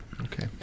okay